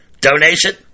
donation